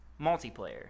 multiplayer